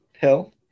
Hill